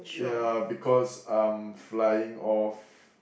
yeah because I'm flying off